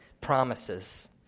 promises